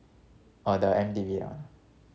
orh the M_T_V ah